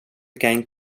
began